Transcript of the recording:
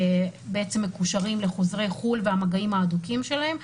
מקושרים לחוזרי חו"ל והמגעים ההדוקים שלהם,